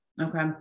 Okay